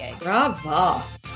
Bravo